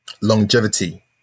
longevity